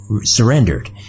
surrendered